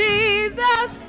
Jesus